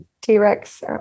T-Rex